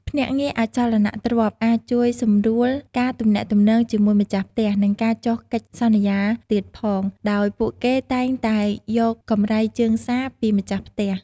ភ្នាក់ងារអចលនទ្រព្យអាចជួយសម្រួលការទំនាក់ទំនងជាមួយម្ចាស់ផ្ទះ និងការចុះកិច្ចសន្យាទៀតផង ដោយពួកគេតែងតែយកកម្រៃជើងសារពីម្ចាស់ផ្ទះ។